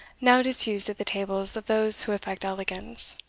now disused at the tables of those who affect elegance.